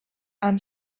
and